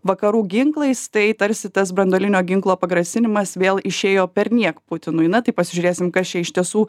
vakarų ginklais tai tarsi tas branduolinio ginklo pagrasinimas vėl išėjo perniek putinui na tai pasižiūrėsim kas čia iš tiesų